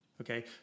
okay